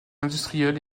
industriel